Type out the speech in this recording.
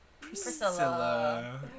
Priscilla